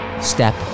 step